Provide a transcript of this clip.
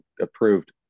approved